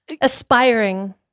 Aspiring